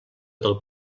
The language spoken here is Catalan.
del